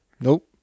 Nope